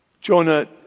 Jonah